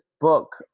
book